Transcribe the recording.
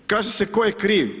Kaže se tko je kriv?